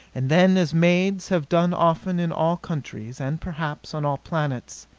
and then, as maids have done often in all countries, and, perhaps, on all planets,